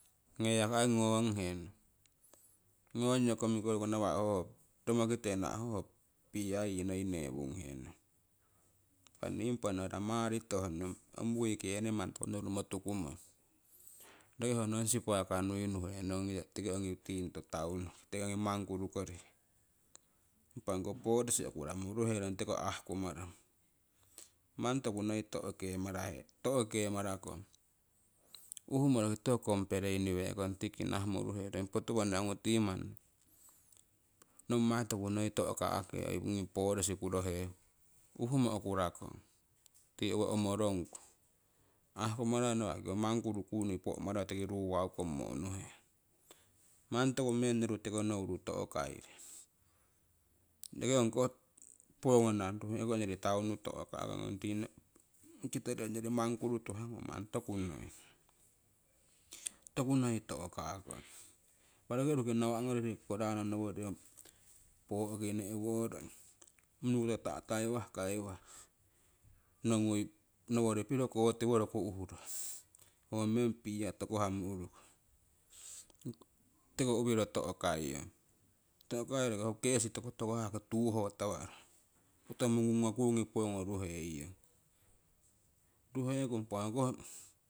Nee yaki ai ngoonghe ngongyo komikorokuu nawah romokite nawa' hoho beer yii noi newung henuiyong. Impa nii impa no'ra maritoh nong ong weekeni manni toku noru mo tukumong roki hoi nong sipaka niu nuhenong ongi riingoto taunuki tiki ongi mangurukoriki. Impah ongko police okuramo uruherong tiko aah kumaramo manni toku noi to'hemarahe to'kemarakong uhumo roki tiwo nong complaini wee'kong tiki nahammo uruherong potuwana onguu tii manni nommai toku noi to'kake police kurohemmo. Uhumo okurakong tii owo ommorongku ahkumarai nawa' roki hoko manguruko kuuni po'marai tiki ruwaukommo unuhenong mani toku noru mero to'kaire roki ongkoh poongonang ruheeku ong yori taunu to'ka'kong kitori ongyori manguru tuhahgnung manni toku noii toku noii to'ka'kong. Impah roki orukii nawa' ong riiku hoko ranno nowori riku poo'ki ne'worong munukoto tahtaiwah kaiwah nowori piro koti woroku ho meng beer tookohamo uuruku tiko uwiro to'kaiyong to'kaiyo hoko gas tokotokohah tuhotawaro koto mungungo kuungi poongo ruheiyong.